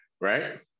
right